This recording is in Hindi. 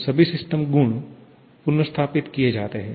तो सभी सिस्टम गुण पुनर्स्थापित किए जाते हैं